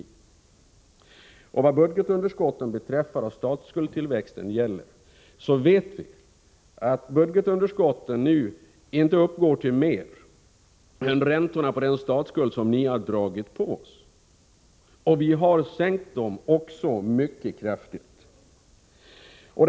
Vad beträffar budgetunderskotten och statsskuldens tillväxt vet vi att budgetunderskotten nu inte uppgår till mer än räntorna på den statsskuld som ni har dragit på oss. Vi har sänkt dessa underskott mycket kraftigt.